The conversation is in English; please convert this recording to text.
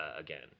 again